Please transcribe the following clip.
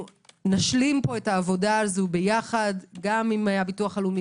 נשלים פה את העבודה יחד גם עם הביטוח הלאומי